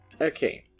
Okay